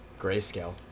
Grayscale